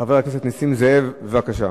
חבר הכנסת נסים זאב, בבקשה.